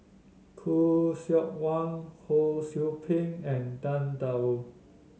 Khoo Seok Wan Ho Sou Ping and Tang Da Wu